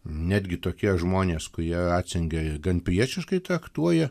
netgi tokie žmonės kurie ratzingerį gan priešiškai traktuoja